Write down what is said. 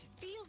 feel